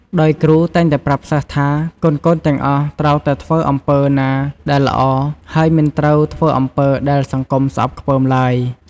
ដោយគ្រូតែងតែប្រាប់សិស្សថា កូនៗទាំងអស់ត្រូវតែធ្វើតែអំពើណាដែលល្អ ហើយមិនត្រូវធ្វើអ្វីដែលសង្គមស្អប់ខ្ពើមឡើយ។